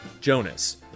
Jonas